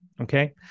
Okay